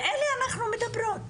על אלה אנחנו מדברות,